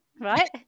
right